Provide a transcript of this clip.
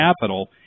capital